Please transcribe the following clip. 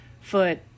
foot